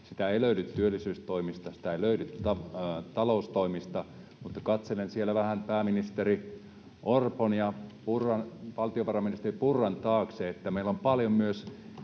Sitä ei löydy työllisyystoimista, sitä ei löydy taloustoimista. Mutta katselen vähän pääministeri Orpon ja valtiovarainministeri Purran taakse, että meillä on paljon